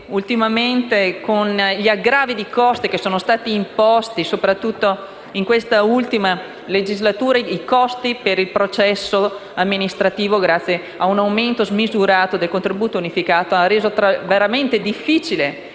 ultimamente gli aggravi di costo che sono stati imposti soprattutto in questa ultima legislatura per il processo amministrativo, grazie ad un aumento smisurato del contributo unificato, rendono veramente difficile il ricorso